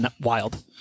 wild